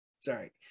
sorry